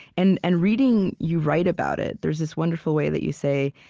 and and reading you write about it, there's this wonderful way that you say,